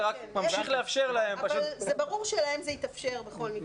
וזה רק ממשיך לאפשר להם --- אבל זה ברור שלהם יתאפשר בכל מקרה.